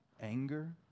anger